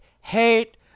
Hate